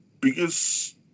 biggest